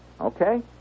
okay